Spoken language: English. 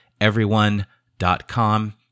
everyone.com